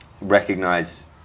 recognize